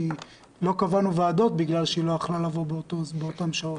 לא קבענו ועדות כי היא לא הייתה יכולה לבוא באותן שעות.